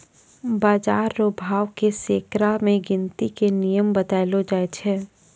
बाजार रो भाव के सैकड़ा मे गिनती के नियम बतैलो जाय छै